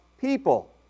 people